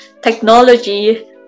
technology